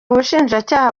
ubushinjacyaha